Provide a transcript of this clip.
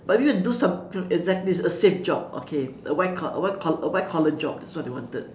but you need to do something exactly a safe job okay a white collar a white collar a white collar job that's what they wanted